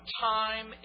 time